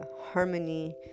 harmony